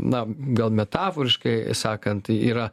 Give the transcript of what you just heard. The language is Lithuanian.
na gal metaforiškai sakant y yra